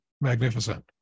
magnificent